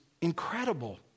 incredible